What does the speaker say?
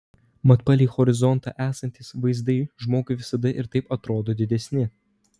mat palei horizontą esantys vaizdai žmogui visada ir taip atrodo didesni